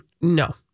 No